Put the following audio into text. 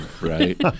right